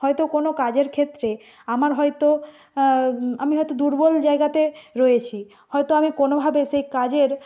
হয়তো কোন কাজের ক্ষেত্রে আমার হয়তো আমি হয়তো দুর্বল জায়গাতে রয়েছি হয়তো আমি কোনভাবে সেই কাজের